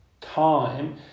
time